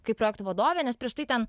kaip projektų vadovė nes prieš tai ten